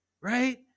right